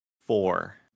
four